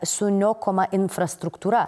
suniokoma infrastruktūra